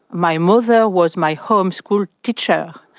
my mother was my home school teacher.